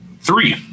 three